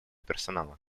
персонала